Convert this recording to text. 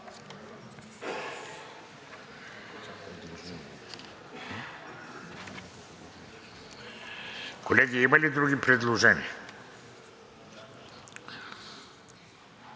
Колеги, има ли други предложения